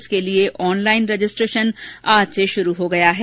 इसके लिए online registration आज से शुरू हो गया है